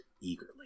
eagerly